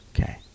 Okay